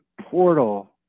portal